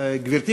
את